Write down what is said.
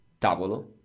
tavolo